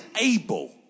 able